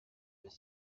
mais